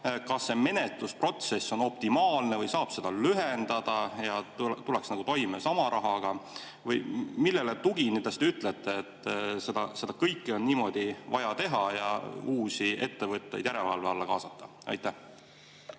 kas menetlusprotsess on optimaalne või saab seda lühendada ja tullakse nagu toime sama rahaga? Või millele tuginedes te ütlete, et seda kõike on niimoodi vaja teha ja uusi ettevõtteid järelevalve alla kaasata? Aitäh,